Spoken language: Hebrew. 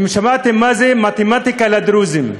האם שמעתם מה זה מתמטיקה לדרוזים?